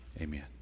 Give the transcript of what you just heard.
Amen